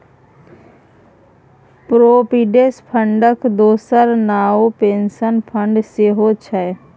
provident फंडक दोसर नाओ पेंशन फंड सेहौ छै